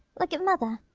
look at mother!